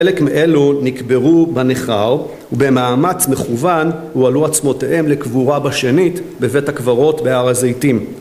חלק מאלו נקברו בניכר ובמאמץ מכוון הועלו עצמותיהם לקבורה בשנית בבית הקברות בהר הזיתים